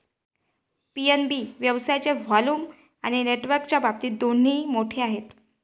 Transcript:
PNB व्यवसायाच्या volume आणि नेटवर्कच्या बाबतीत दोन्ही मोठे आहे